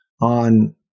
on